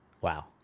Wow